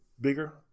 bigger